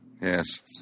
Yes